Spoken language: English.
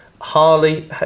harley